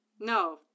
no